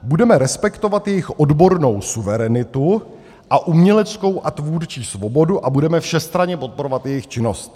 Budeme respektovat jejich odbornou suverenitu a uměleckou a tvůrčí svobodu a budeme všestranně podporovat jejich činnost.